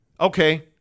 Okay